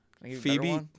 Phoebe